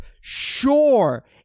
Sure